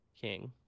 King